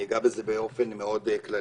אגע בזה באופן מאוד כללי,